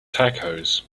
tacos